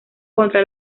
contra